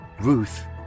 Ruth